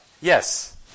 Yes